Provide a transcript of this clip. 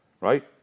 right